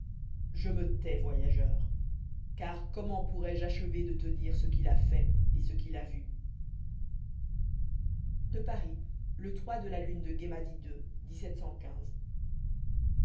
je me tais voyageur car comment pourrois je achever de te dire ce qu'il a fait et ce qu'il a vu à paris le de la lune de